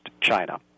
China